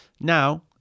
Now